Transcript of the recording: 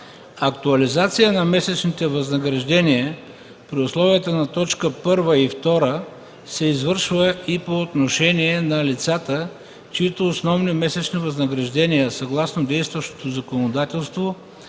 Актуализация на месечните възнаграждения при условията на т. 1 и 2 се извършва и по отношение на лицата, чиито основни месечни възнаграждения, съгласно действащото законодателство,